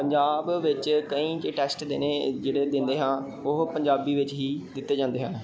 ਪੰਜਾਬ ਵਿੱਚ ਕਈ ਟੈਸਟ ਦੇ ਨੇ ਜਿਹੜੇ ਦਿੰਦੇ ਹਾਂ ਉਹ ਪੰਜਾਬੀ ਵਿੱਚ ਹੀ ਦਿੱਤੇ ਜਾਂਦੇ ਹਨ